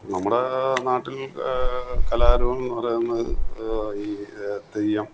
നമ്മുടെ നാട്ടിൽ കലാരൂപം എന്ന് പറയുന്നത് ഈ തെയ്യം